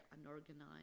unorganized